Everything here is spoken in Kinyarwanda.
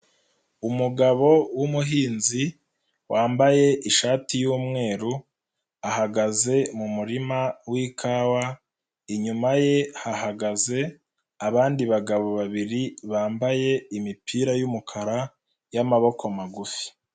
Umugabo w'umuhinzi, wambaye ishati y'umweru, ahagaze mu murima w'ikawa, inyuma ye hahagaze abandi bagabo babiri bambaye imipira y'umukara y'amaboko magufi.